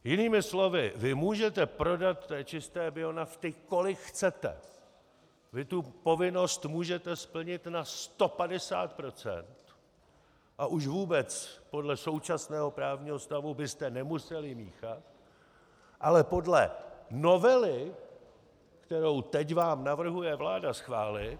Jinými slovy, vy můžete prodat čisté bionafty, kolik chcete, vy tu povinnost můžete splnit na 150 % a už vůbec podle současného právního stavu byste nemuseli míchat, ale podle novely, kterou vám teď navrhuje vláda schválit...